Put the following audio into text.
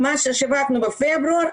מה ששיווקנו בפברואר,